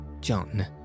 John